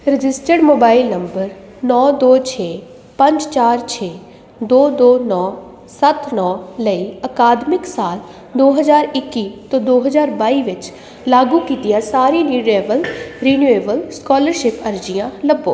registered mobile number ਨੌਂ ਦੋ ਛੇ ਪੰਜ ਚਾਰ ਛੇ ਦੋ ਦੋ ਨੌਂ ਸੱਤ ਨੌਂ ਲਈ ਅਕਾਦਮਿਕ ਸਾਲ ਦੋ ਹਜ਼ਾਰ ਇੱਕੀ ਤੋਂ ਦੋ ਹਜ਼ਾਰ ਬਾਈ ਵਿੱਚ ਲਾਗੂ ਕੀਤੀਆਂ ਸਾਰੀਆਂ ਰਿਨਿਵੇਲ ਰਿਨਿਊਬਲ ਸਕਾਲਰਸ਼ਿਪ ਅਰਜ਼ੀਆਂ ਲੱਭੋ